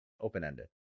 Open-ended